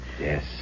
Yes